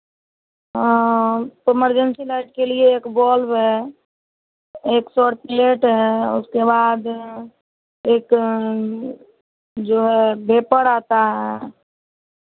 ओ तो emergency light के लिए एक बल्ब है एक सौर प्लेट है उसके बाद एक जो है भेपर आता है